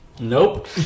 Nope